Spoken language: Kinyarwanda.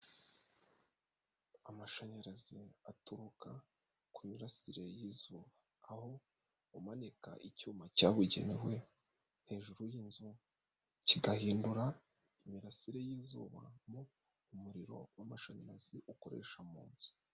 Amashanyarazi aturuka ku mirasire y'izuba, aho umanika icyuma cyabugenewe hejuru yinzu, kigahindura imirasire y'izuba mo umuriro w'amashanyarazi ukoresha mu nzu.